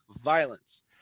violence